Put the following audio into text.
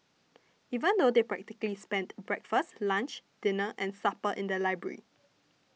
even though they practically spent breakfast lunch dinner and supper in the library